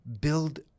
Build